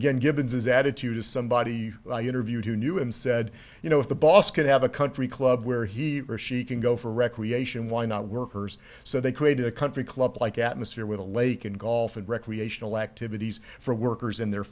again givens is attitude is somebody who i interviewed who knew him said you know if the boss could have a country club where he or she can go for recreation why not workers so they created a country club like atmosphere with a lake and golf and recreational activities for workers in their